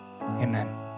Amen